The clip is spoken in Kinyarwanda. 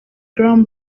graham